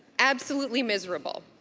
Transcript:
absolutely miserable.